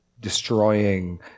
destroying